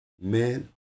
Men